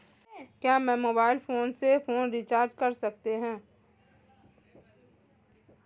क्या मैं mobile phone से फोन रिचार्ज कर सकता हूं?